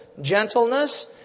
gentleness